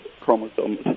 chromosomes